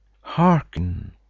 hearken